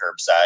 curbside